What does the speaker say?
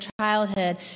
childhood